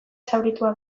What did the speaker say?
zauritua